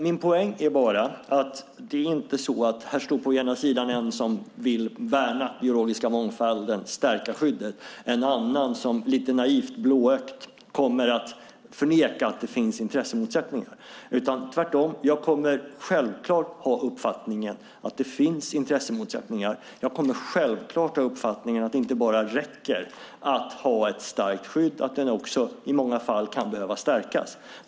Min poäng är att det här inte på ena sidan står en som vill värna den biologiska mångfalden och på andra sidan någon som lite naivt och blåögt förnekar att det finns intressemotsättningar. Tvärtom kommer jag självklart att ha uppfattningen att det finns intressemotsättningar. Jag kommer självklart att ha uppfattningen att det inte bara räcker att ha ett starkt skydd utan att det också i många fall kommer att behöva stärkas.